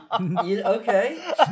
Okay